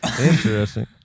Interesting